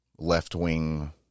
left-wing